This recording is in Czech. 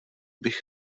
bych